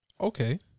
Okay